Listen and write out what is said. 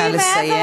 נא לסיים.